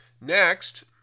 Next